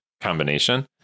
combination